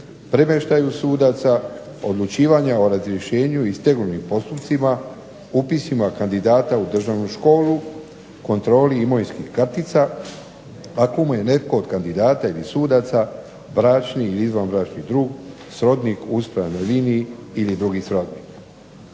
premještaju sudaca, odlučivanje o razrješenju i stegovnim postupcima, upisima kandidata u Državnu školu, kontroli imovinskih kartica, a kome je netko od kandidata ili sudaca bračni ili izvanbračni drug, srodnik u uspravnoj liniji ili drugi srodnik.